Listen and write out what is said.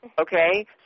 Okay